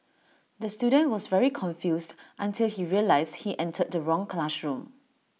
the student was very confused until he realised he entered the wrong classroom